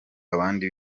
abandi